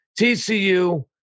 TCU